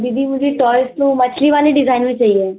दीदी मुझे टॉयज़ तो मछली वाले डिज़ाइन में चाहिए